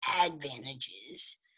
advantages